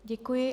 Děkuji.